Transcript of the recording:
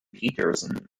peterson